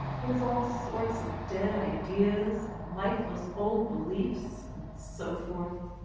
it is all sorts of dead ideas, and lifeless old beliefs, and so forth.